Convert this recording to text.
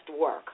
work